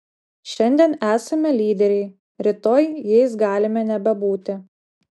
šiandien esame lyderiai rytoj jais galime nebebūti